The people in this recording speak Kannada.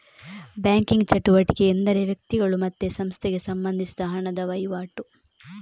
ಬ್ಯಾಂಕಿಂಗ್ ಚಟುವಟಿಕೆ ಎಂದರೆ ವ್ಯಕ್ತಿಗಳು ಮತ್ತೆ ಸಂಸ್ಥೆಗೆ ಸಂಬಂಧಿಸಿದ ಹಣದ ವೈವಾಟು